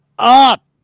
up